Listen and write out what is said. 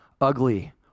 ugly